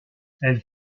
elle